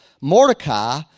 Mordecai